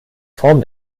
form